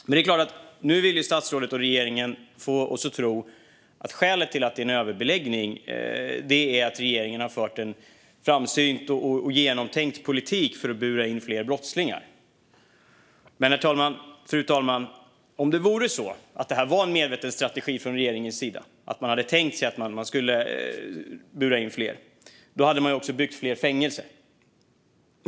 Det är klart att statsrådet och regeringen nu vill få oss att tro att skälet till överbeläggningen är att regeringen har fört en framsynt och genomtänkt politik för att bura in fler brottslingar. Men, fru talman, om detta var en medveten strategi från regeringens sida och man hade tänkt sig att bura in fler hade man också byggt fler fängelser.